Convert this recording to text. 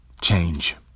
Change